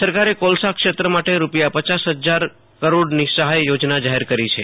સરકારે કોલસાક્ષેત્ર માટે રૂપિયા પયાસ હજાર કરોડની સહાય યોજના જાહેર કરી છે